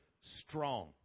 strong